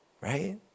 right